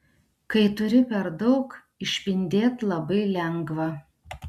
kai turi per daug išpindėt labai lengva